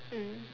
mm